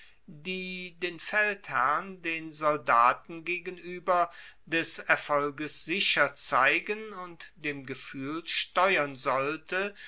die den feldherrn den soldaten gegenueber des erfolges sicher zeigen und dem gefuehl steuern sollte